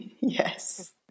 Yes